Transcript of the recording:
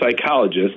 psychologist